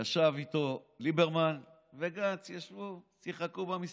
ישבו איתו ליברמן וגנץ, ישבו ושיחקו במספרים.